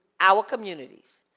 our communities.